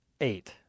Eight